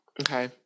Okay